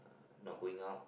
not going out